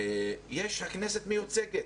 הכנסת מיוצגת,